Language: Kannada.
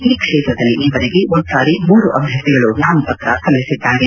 ಈ ಕ್ಷೇತ್ರದಲ್ಲಿ ಈವರೆಗೆ ಒಟ್ಟಾರೆ ಮೂರು ಅಭ್ಯರ್ಥಿಗಳು ನಾಮಪತ್ರ ಸಲ್ಲಿಸಿದ್ದಾರೆ